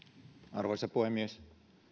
arvoisa puhemies